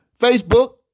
Facebook